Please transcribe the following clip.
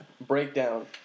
breakdown